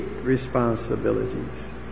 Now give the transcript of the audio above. responsibilities